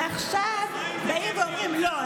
ועכשיו באים ואומרים: לא,